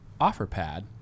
Offerpad